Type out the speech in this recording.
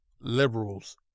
liberals